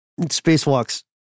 Spacewalks